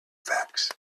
facts